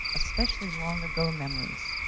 especially long ago memories,